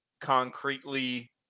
concretely